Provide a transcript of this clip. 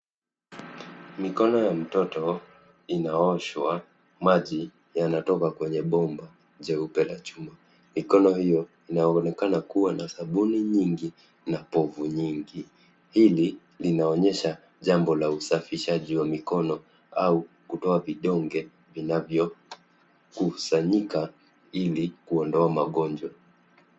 Mikono ya mtoto inaoshwa. Maji yanatoka kwenye bomba jeupe la chuma. Mikono hiyo inaonekana kuwa na sabuni nyingi na povu nyingi. Hili linaonyesha jambo la usafishaji wa mikono au kutoa vidonge vinavyokusanyika ili kuondoa magonjwa.